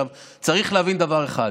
צריך להבין דבר אחד,